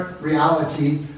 reality